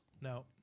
No